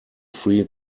free